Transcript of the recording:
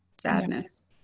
sadness